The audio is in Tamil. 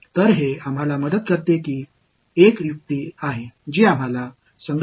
எனவே இது கணக்கீட்டு செலவை குறைக்க நாம் பயன்படுத்தும் ஒரு தந்திரமாகும்